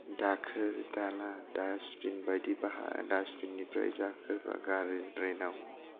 दाखोर दाला डास्टबिन बायदि बाहाग डास्टबिन निफ्राय ड्रेनआव गारो